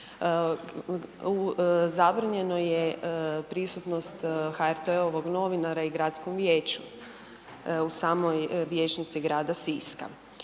Zabranjeno je prisutnost HRT-ovog novinara i Gradskom vijeću, u samoj vijećnici grada Siska.